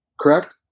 correct